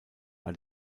war